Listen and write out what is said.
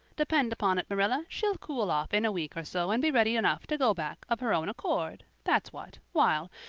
depend upon it, marilla, she'll cool off in a week or so and be ready enough to go back of her own accord, that's what, while,